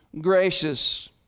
gracious